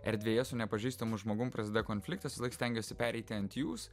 erdvėje su nepažįstamu žmogum prasidėjo konfliktas visąlaik stengiuosi pereiti ant jūs